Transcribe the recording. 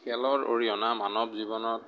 খেলৰ অৰিহণা মানৱ জীৱনত